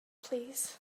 plîs